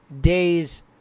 days